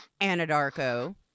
Anadarko